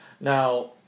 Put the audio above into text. Now